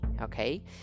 okay